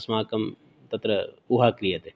अस्माकं तत्र ऊहा क्रियते